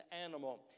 animal